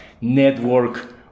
network